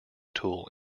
tool